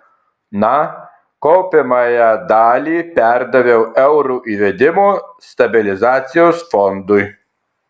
na kaupiamąją dalį perdaviau euro įvedimo stabilizacijos fondui